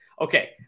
Okay